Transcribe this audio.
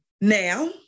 now